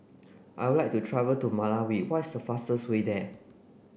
I would like to travel to Malawi what is fastest way there